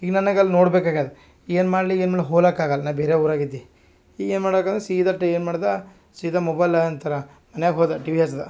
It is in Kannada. ಈಗ ನನಗೆ ಅಲ್ಲಿ ನೋಡ್ಬೇಕು ಆಗಿದೆ ಏನು ಮಾಡಲಿ ಏನು ಮಾಡಲಿ ಹೊಲಾಕ್ಕಾಗೋಲ್ಲ ನಾ ಬೇರೆ ಊರಾಗೆ ಇದ್ದಿ ಈಗ ಏನು ಮಾಡ್ಬೇಕು ಅಂದ್ರೆ ಸೀದಾ ಟಿ ಏನು ಮಾಡ್ದೆ ಸೀದಾ ಮೊಬೈಲ್ ಅಂತಾರೆ ಮನೆಯಾಗ್ ಹೋದೆ ಟಿವಿ ಹಚ್ದೆ